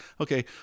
okay